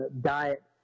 diet